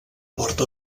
porta